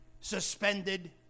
suspended